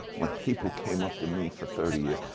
when people came up to me for thirty years,